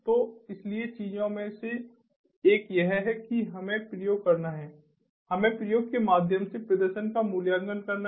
तो इसलिए चीजों में से एक यह है कि हमें प्रयोग करना है हमें प्रयोग के माध्यम से प्रदर्शन का मूल्यांकन करना है